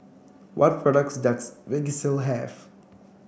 what products does Vagisil have